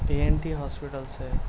اے N T hospitals ہے